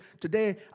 Today